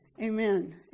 Amen